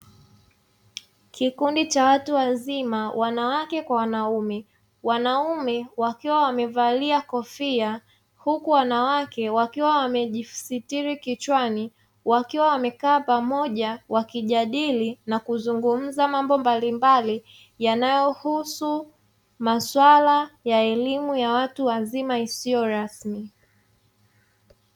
Kikundi cha watu wazima wanawake kwa wanaume, wanaume wakiwa wamevalia kofia huku wanawake wakiwa wamejisitili kichwani; wakiwa wamekaa pamoja wakijadili na kuzungumza mambo mbalimbali yanayohusu maswala ya elimu ya watu wazima isiyo rasmi.